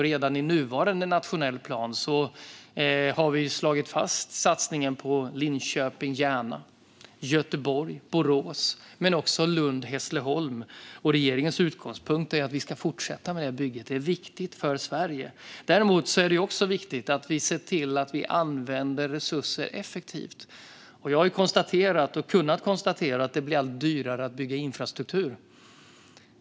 Redan i nuvarande nationell plan har vi slagit fast satsningen på Linköping-Järna, Göteborg-Borås och Lund-Hässleholm. Regeringens utgångspunkt är att fortsätta med bygget. Det är viktigt för Sverige. Men det är också viktigt att se till att använda resurser effektivt. Jag har konstaterat att det blir allt dyrare att bygga infrastruktur.